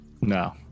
No